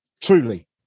truly